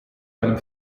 einem